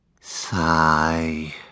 Sigh